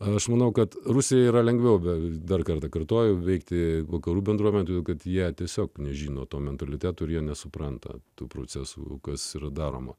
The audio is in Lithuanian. aš manau kad rusija yra lengviau bet dar kartą kartoju veikti vakarų bendruomenę todėl kad jie tiesiog nežino to mentaliteto ir jie nesupranta tų procesų kas daroma